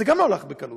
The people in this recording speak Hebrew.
זה גם לא הלך בקלות,